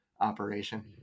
operation